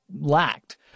lacked